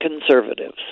conservatives